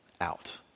out